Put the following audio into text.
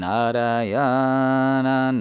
Narayana